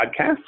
Podcasts